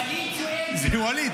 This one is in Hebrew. ווליד